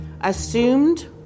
assumed